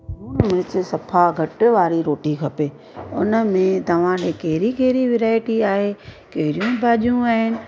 लूणु मिर्च सफ़ा घटि वारी रोटी खपे हुन में तव्हांखे कहिड़ी कहिड़ी वेराएटी आहे कहिड़ियूं भाॼियूं आहिनि